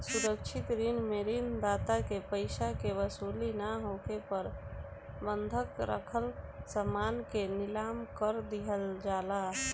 सुरक्षित ऋण में ऋण दाता के पइसा के वसूली ना होखे पर बंधक राखल समान के नीलाम कर दिहल जाला